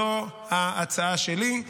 זו ההצעה שלי,